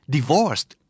Divorced